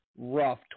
Rough